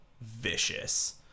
vicious